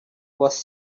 was